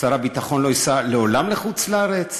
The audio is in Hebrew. שר הביטחון לא ייסע לעולם לחוץ-לארץ?